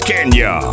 Kenya